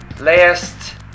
last